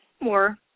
more